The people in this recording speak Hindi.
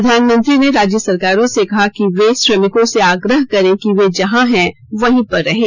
प्रधानमंत्री ने राज्य सरकारों से कहा कि वे श्रमिकों से आग्रह करें कि वे जहां हैं वहीं पर रहें